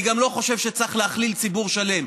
אני גם לא חושב שצריך להכליל ציבור שלם.